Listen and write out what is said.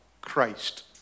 Christ